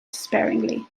sparingly